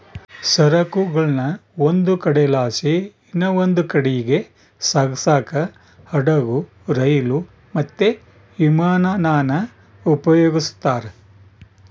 ಸರಕುಗುಳ್ನ ಒಂದು ಕಡೆಲಾಸಿ ಇನವಂದ್ ಕಡೀಗ್ ಸಾಗ್ಸಾಕ ಹಡುಗು, ರೈಲು, ಮತ್ತೆ ವಿಮಾನಾನ ಉಪಯೋಗಿಸ್ತಾರ